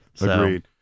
Agreed